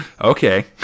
Okay